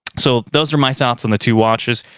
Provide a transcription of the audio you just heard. so those are my thoughts on the two watches.